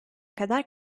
kadar